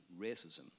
racism